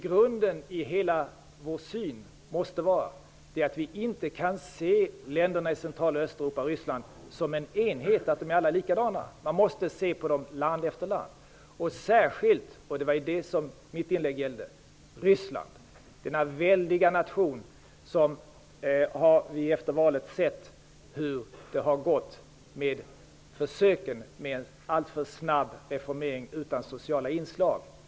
Grunden i hela vår syn måste vara att vi inte kan se länderna i Central och Östeuropa och Ryssland som en enhet, att de alla är likadana. Man måste se på land efter land, och detta gäller särskilt Ryssland, denna väldiga nation där vi har sett hur det har gått efter valet med försöken med en alltför snabb reformering utan sociala inslag.